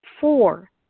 Four